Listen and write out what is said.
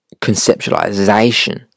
conceptualization